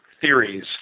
theories